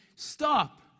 Stop